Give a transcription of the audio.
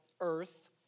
Earth